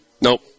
Nope